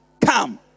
come